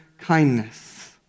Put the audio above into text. kindness